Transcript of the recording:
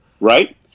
Right